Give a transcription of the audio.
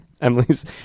Emily's